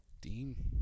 Dean